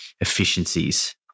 efficiencies